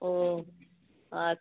ओ अच्छा